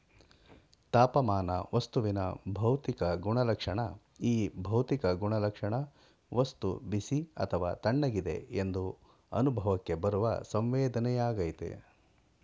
ತಾಪಮಾನ ವಸ್ತುವಿನ ಭೌತಿಕ ಗುಣಲಕ್ಷಣ ಈ ಭೌತಿಕ ಗುಣಲಕ್ಷಣ ವಸ್ತು ಬಿಸಿ ಅಥವಾ ತಣ್ಣಗಿದೆ ಎಂದು ಅನುಭವಕ್ಕೆ ಬರುವ ಸಂವೇದನೆಯಾಗಯ್ತೆ